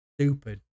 Stupid